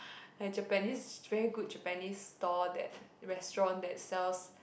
like Japanese very good Japanese store that restaurant that sells